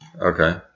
Okay